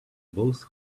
both